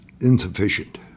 insufficient